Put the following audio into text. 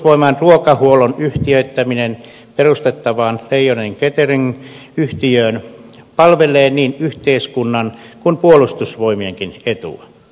puolustusvoimain ruokahuollon yhtiöittäminen perustettavaan leijona catering yhtiöön palvelee niin yhteiskunnan kuin puolustusvoimienkin etua